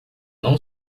não